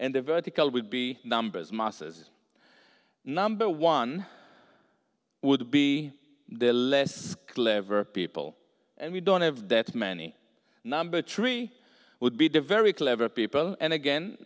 and the vertical will be numbers masses number one would be the less clever people and we don't have that many number tree would be the very clever people and again